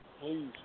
please